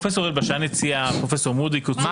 פרופ' אלבשן הציע, פרופ' --- הציע.